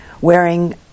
wearing